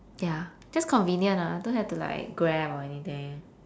ya just convenient lah don't have to like grab or anything